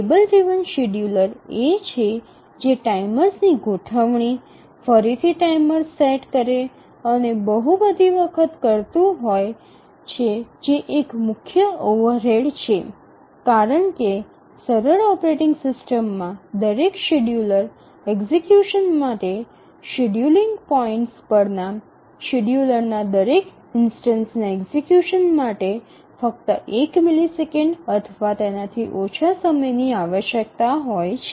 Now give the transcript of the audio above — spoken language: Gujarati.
ટેબલ ડ્રિવન શેડ્યૂલર એ છે જે ટાઇમર્સની ગોઠવણી ફરીથી ટાઇમર્સ સેટ કરે અને બહુ બધી વખત કરતું હોય છે જે એક મુખ્ય ઓવરહેડ છે કારણ કે સરળ ઓપરેટિંગ સિસ્ટમમાં દરેક શેડ્યૂલર એક્ઝેક્યુશન માટે શેડ્યૂલિંગ પોઇન્ટ્સ પર ના શેડ્યૂલર ના દરેક ઇન્સ્ટનસના એક્ઝેક્યુશન માટે ફક્ત એક મિલિસેકંડ અથવા તેનાથી ઓછા સમયની આવશ્યકતા હોય છે